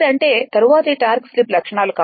కాబట్టి అంటే తరువాతి టార్క్ స్లిప్ లక్షణాలు